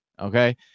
Okay